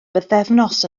bythefnos